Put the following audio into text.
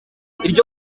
iryo